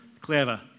Clever